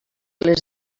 les